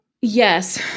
Yes